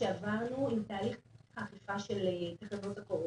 שעברנו עם תהליך האכיפה של הקורונה.